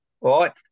right